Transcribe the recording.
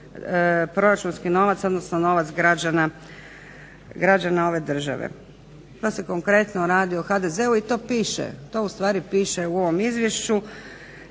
proračunski novac, odnosno novac građana ove države. Da se konkretno radi o HDZ-u i to piše, to ustvari piše u ovom izvješću.